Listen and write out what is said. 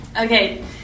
Okay